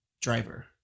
driver